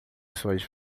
suas